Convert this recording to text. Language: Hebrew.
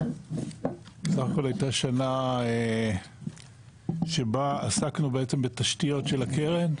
בסך הכל הייתה שנה שבה עסקנו בעצם בתשתיות של הקרן,